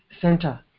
center